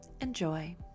Enjoy